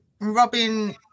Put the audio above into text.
Robin